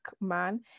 man